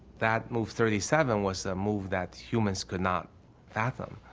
that move thirty seven was a move that humans could not fathom,